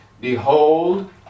Behold